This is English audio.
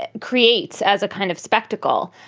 ah creates as a kind of spectacle.